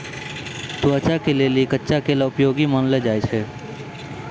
त्वचा के लेली कच्चा केला उपयोगी मानलो जाय छै